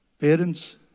Parents